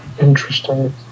Interesting